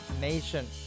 nation